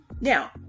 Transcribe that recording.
now